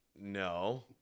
no